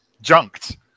junked